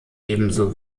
ebenso